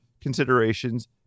considerations